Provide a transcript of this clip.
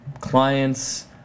clients